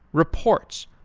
reports,